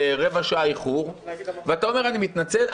ברבע שעה איחור ואתה מתנצל.